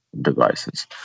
devices